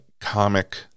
comic